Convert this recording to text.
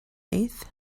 eighth